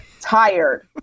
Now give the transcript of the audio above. tired